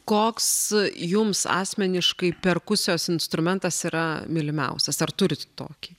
koks jums asmeniškai perkusijos instrumentas yra mylimiausias ar turit tokį